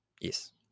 Yes